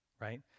right